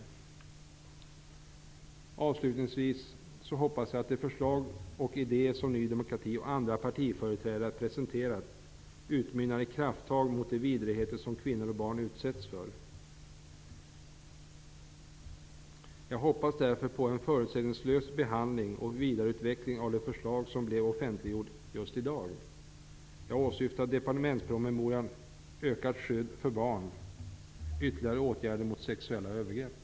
Jag hoppas att de förslag och de idéer som Ny demokrati och företrädare för andra partier presenterar skall utmynna i krafttag mot de vidrigheter som kvinnor och barn utsätts för. Jag hoppas därför på en förutsättningslös behandling och vidareutveckling av de förslag som offentliggjorts just i dag. Jag åsyftar då departementspromemorian Ökat skydd för barn, ytterligare åtgärder mot sexuella övergrepp.